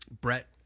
brett